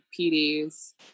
PD's